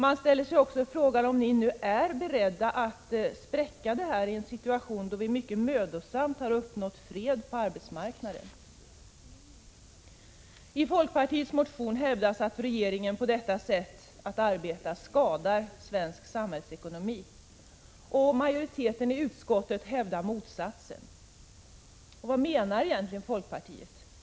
Man ställer sig även frågan: Är ni verkligen beredda att spräcka inflationsmålet i en situation då vi mycket mödosamt uppnått fred på arbetsmarknaden? I folkpartiets motion hävdas att regeringen med detta sätt att arbeta skadar svensk samhällsekonomi. Majoriteten i utskottet hävdar motsatsen. Vad menar egentligen folkpartiet?